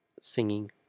singing